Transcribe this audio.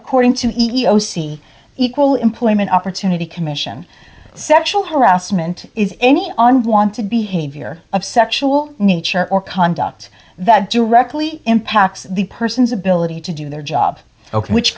according to e o c equal employment opportunity commission sexual harassment is any unwanted behavior of sexual nature or conduct that directly impacts the person's ability to do their job ok which